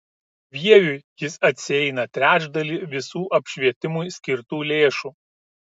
vieviui jis atsieina trečdalį visų apšvietimui skirtų lėšų